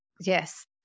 Yes